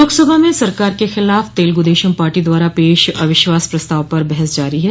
लोकसभा में सरकार के खिलाफ तेलगुदेशम पार्टी द्वारा पेश अविश्वास प्रस्ताव पर बहस जारी है